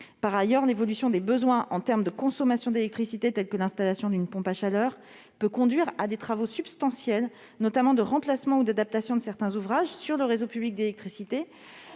Par ailleurs, l'évolution des besoins liés à la consommation d'électricité, tels que l'installation d'une pompe à chaleur, peut conduire à des travaux substantiels, notamment de remplacement ou d'adaptation de certains ouvrages sur le réseau public d'électricité.